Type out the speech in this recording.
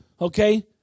Okay